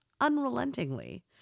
unrelentingly